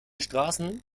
straßen